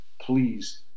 please